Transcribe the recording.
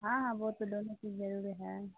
ہاں ہاں وہ تو دونوں چیز ضروری ہے